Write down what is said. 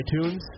iTunes